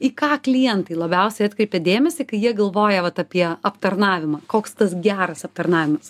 į ką klientai labiausiai atkreipia dėmesį kai jie galvoja vat apie aptarnavimą koks tas geras aptarnavimas